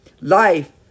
life